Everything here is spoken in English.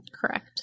Correct